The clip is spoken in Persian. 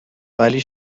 ولی